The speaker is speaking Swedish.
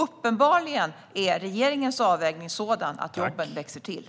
Uppenbarligen är regeringens avvägning sådan att jobben växer till.